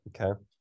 Okay